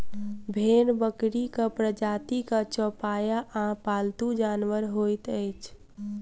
भेंड़ बकरीक प्रजातिक चौपाया आ पालतू जानवर होइत अछि